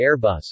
Airbus